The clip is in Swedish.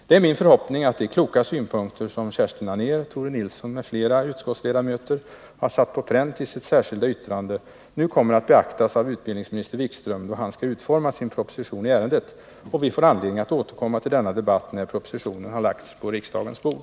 Det är min förhoppning att de kloka synpunkter som Kerstin Anér, Tore Nilsson m.fl. har satt på pränt i sitt särskilda yttrande kommer att beaktas av utbildningsminister Wikström då han skall utforma sin proposition i ärendet, och vi får återkomma till denna debatt när propositionen har lagts på riksdagens bord.